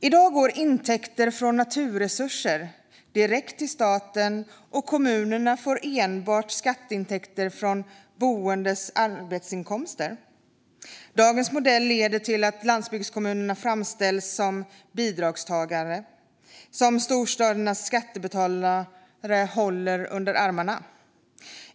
I dag går intäkter från naturresurser direkt till staten, och kommunerna får enbart skatteintäkter från de boendes arbetsinkomster. Dagens modell leder till att landsbygdskommunerna framställs som bidragstagare som storstädernas skattebetalare håller under armarna.